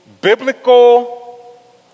biblical